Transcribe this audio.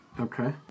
Okay